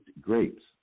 Grapes